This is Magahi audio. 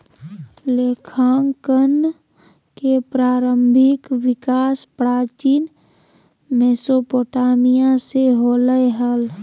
लेखांकन के प्रारंभिक विकास प्राचीन मेसोपोटामिया से होलय हल